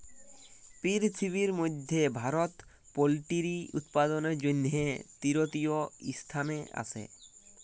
পিরথিবির ম্যধে ভারত পোলটিরি উৎপাদনের জ্যনহে তীরতীয় ইসথানে আসে